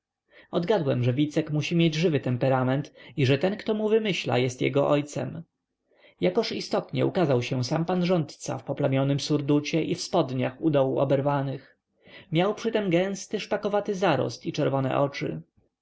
odgadłem że wicek musi mieć żywy temperament i że ten kto mu wymyśla jest jego ojcem jakoż istotnie ukazał się sam pan rządca w poplamionym surducie i w spodniach u dołu oberwanych miał przytem gęsty szpakowaty zarost i czerwone oczy